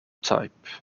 type